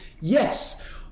Yes